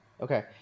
okay